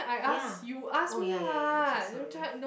ya oh ya ya ya okay sorry